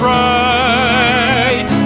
right